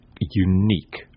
unique